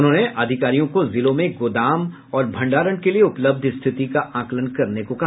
उन्होंने अधिकारियों को जिलों में गोदाम और भंडारण के लिये उपलब्ध स्थिति का आकलन कराने को कहा